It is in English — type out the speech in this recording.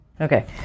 Okay